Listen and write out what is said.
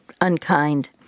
unkind